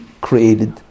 created